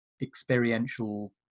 experiential